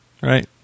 Right